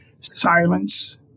Silence